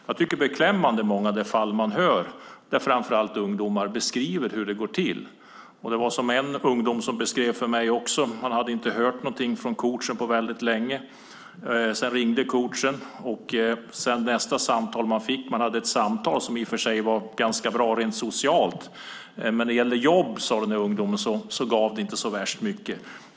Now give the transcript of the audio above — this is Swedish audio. Många av de fall man hör talas om är beklämmande, framför allt när ungdomar beskriver hur det går till. En ung person beskrev det för mig. Han hade inte hört någonting från coachen på väldigt länge, men sedan ringde coachen. De hade ett samtal som var ganska bra rent socialt, men när det gällde jobb gav det inte så mycket.